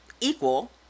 equal